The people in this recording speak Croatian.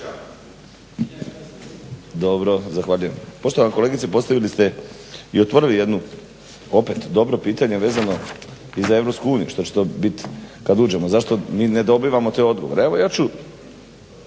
Zahvaljujem. Poštovana kolegice, postavili ste i otvorili jedno opet dobro pitanje vezano i za Europsku uniju što će to biti kad uđemo, zašto mi ne dobivamo te odgovore. Evo ja ću